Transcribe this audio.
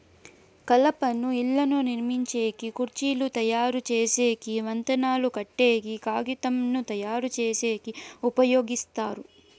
కలపను ఇళ్ళను నిర్మించేకి, కుర్చీలు తయరు చేసేకి, వంతెనలు కట్టేకి, కాగితంను తయారుచేసేకి ఉపయోగిస్తారు